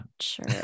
sure